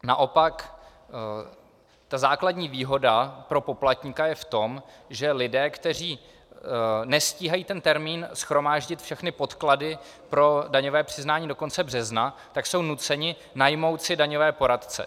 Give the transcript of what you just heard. Naopak ta základní výhoda pro poplatníka je v tom, že lidé, kteří nestíhají ten termín shromáždit všechny podklady pro daňové přiznání do konce března, jsou nuceni si najmout daňové poradce.